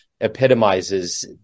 epitomizes